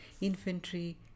infantry